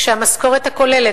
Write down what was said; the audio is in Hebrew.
כשהמשכורת הכוללת,